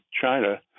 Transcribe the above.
China